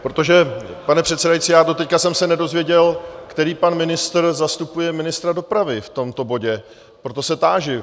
Protože, pane předsedající, doteď jsem se nedozvěděl, který pan ministr zastupuje ministra dopravy v tomto bodě, proto se táži.